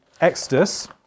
Exodus